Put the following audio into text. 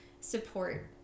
support